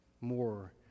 more